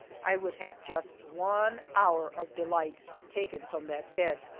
i would have just one hour of delight taken from that bed!